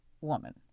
woman